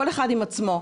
כל אחד עם עצמו,